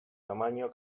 tamaño